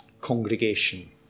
congregation